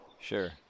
Sure